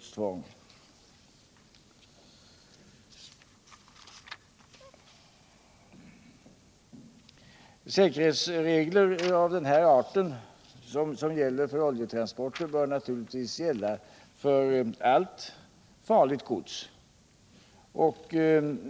Säkerhetsregler av den här arten som gäller för oljetransporter bör naturligtvis gälla för transporter av allt farligt gods.